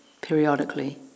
periodically